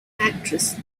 actress